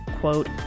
quote